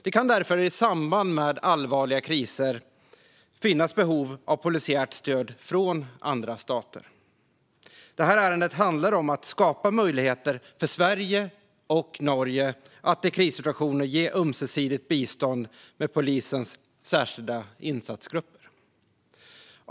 Det kan därför i samband med allvarliga kriser finnas behov av polisiärt stöd från andra stater. Detta ärende handlar om att skapa möjligheter för Sverige och Norge att i krissituationer ge ömsesidigt bistånd med polisens särskilda insatsgrupper.